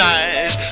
eyes